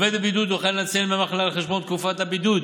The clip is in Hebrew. עובד בבידוד יוכל לנצל את ימי המחלה על חשבון תקופת הבידוד.